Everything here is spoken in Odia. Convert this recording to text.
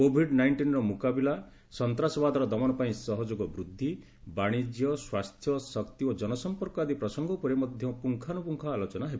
କୋବିଡ୍ ନାଇଷ୍ଟିନ୍ର ମୁକାବିଲା ସନ୍ତାସବାଦର ଦମନ ପାଇଁ ସହଯୋଗ ବୃଦ୍ଧି ବାଣିଜ୍ୟ ସ୍ୱାସ୍ଥ୍ୟ ଶକ୍ତି ଓ ଜନସମ୍ପର୍କ ଆଦି ପ୍ରସଙ୍ଗ ଉପରେ ମଧ୍ୟ ପୁଙ୍ଖାନୁପୁଙ୍ଖ ଆଲୋଚନା ହେବ